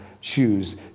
choose